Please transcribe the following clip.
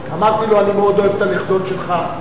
אמרתי לו: אני מאוד אוהב את הנכדות שלך,